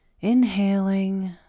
inhaling